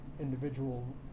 individual